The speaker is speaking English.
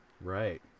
Right